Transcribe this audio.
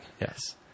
Yes